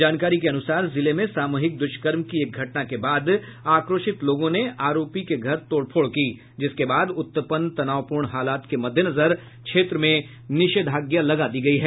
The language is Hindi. जानकारी के अनुसार जिले में सामूहिक दुष्कर्म की एक घटना के बाद आक्रोशित लोगों ने आरोपी के घर तोड़फोड़ की जिसके बाद उत्पन्न तनावपूर्ण हालात के मद्देनजर क्षेत्र में निषेधाज्ञा लगा दी गयी है